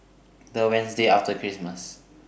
The Wednesday after Christmas